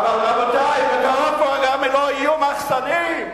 אבל, רבותי, בקרוב לא יהיו גם מחסנים.